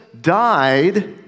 died